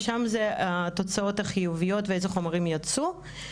ושם זה התוצאות החיוביות ואיזה חומרים אותרו,